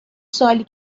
سوالی